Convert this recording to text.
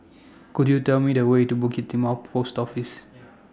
Could YOU Tell Me The Way to Bukit Timah Post Office